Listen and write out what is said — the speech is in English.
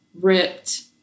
ripped